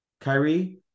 Kyrie